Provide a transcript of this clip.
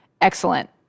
excellent